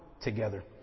together